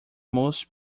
most